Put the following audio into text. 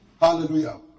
Hallelujah